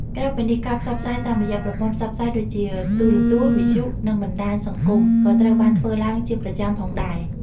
ក្រៅពីនេះ ការផ្សព្វផ្សាយតាមរយៈប្រព័ន្ធផ្សព្វផ្សាយដូចជា ទូរទស្សន៍ វិទ្យុ និងបណ្តាញសង្គម ក៏ត្រូវបានធ្វើឡើងជាប្រចាំផងដែរ។